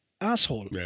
asshole